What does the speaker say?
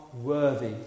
worthy